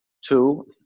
two